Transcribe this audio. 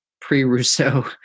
pre-Rousseau